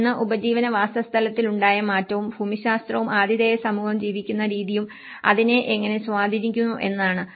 ഒന്ന് ഉപജീവന വാസസ്ഥലത്തിലുണ്ടായ മാറ്റവും ഭൂമിശാസ്ത്രവും ആതിഥേയ സമൂഹം ജീവിക്കുന്ന രീതിയും അതിനെ എങ്ങനെ സ്വാധീനിക്കുന്നു എന്നതാണ്